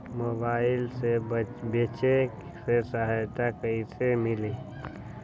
Mobile से बेचे में सहायता कईसे मिली?